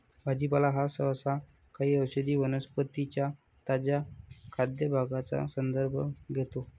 भाजीपाला हा सहसा काही औषधी वनस्पतीं च्या ताज्या खाद्य भागांचा संदर्भ घेतो